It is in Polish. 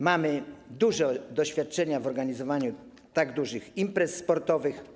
Mamy dużo doświadczenia w organizowaniu tak dużych imprez sportowych.